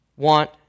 want